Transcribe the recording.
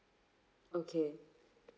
okay